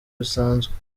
bisanzwe